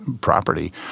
property